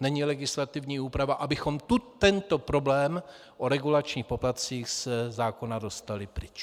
není legislativní úprava, abychom tento problém o regulačních poplatcích ze zákona dostali pryč.